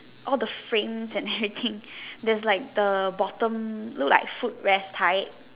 all the frames and everything there's like the bottom look like foot rest right